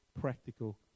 practical